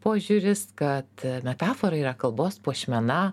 požiūris kad metafora yra kalbos puošmena